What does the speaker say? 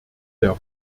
der